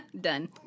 Done